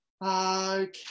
okay